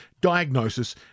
diagnosis